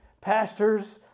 pastors